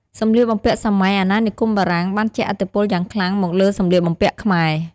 សម្លៀកបំពាក់សម័យអាណានិគមបារាំងបានជះឥទ្ធិពលយ៉ាងខ្លាំងមកលើសម្លៀកបំពាក់ខ្មែរ។